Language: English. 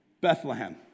Bethlehem